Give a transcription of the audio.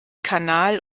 kanal